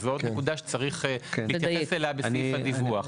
אז זוהי עוד נקודה שצריך להתייחס אליה בסעיף הדיווח.